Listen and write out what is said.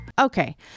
Okay